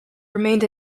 remained